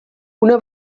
una